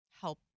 help